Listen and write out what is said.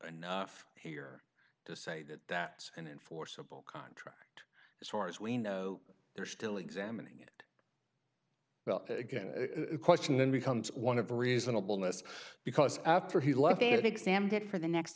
enough here to say that that's an enforceable contract as far as we know they're still examining it well again a question then becomes one of reasonable ness because after he left the exam date for the next